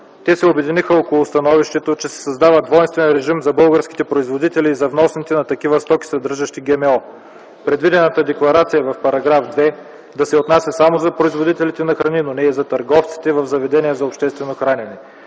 Те се обединиха около становището, че се създава двойствен режим за българските производители и за вносителите на такива стоки, съдържащи ГМО. Предвидената декларация в § 2 да се отнася само за производителите на храни, но не и за търговците в заведенията за обществено хранене.